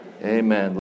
Amen